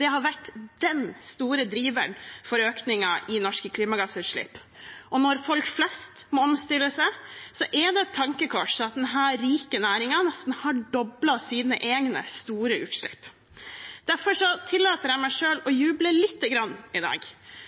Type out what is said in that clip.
Det har vært den store driveren for økningen i norske klimagassutslipp. Og når folk flest må omstille seg, er det et tankekors at denne rike næringen nesten har doblet sine egne, store utslipp. Derfor tillater jeg meg å